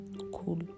Cool